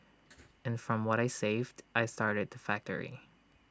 and from what I saved I started the factory